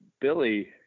Billy